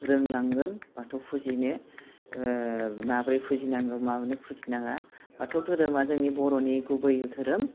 रोंलांगोन बाथौ फुजिनो माबोरै फुजिनांगौ माबोरै फुजिनाङा बाथौ दोहोरोमा जोंनि बर'नि गुबै दोहोरोम